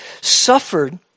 suffered